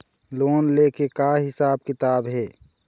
Loan ले के का हिसाब किताब हे?